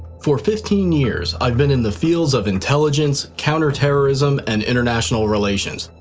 for fifteen years, i've been in the fields of intelligence, counter terrorism and international relations.